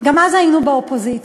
גם אז היינו באופוזיציה.